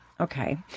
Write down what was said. Okay